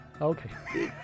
Okay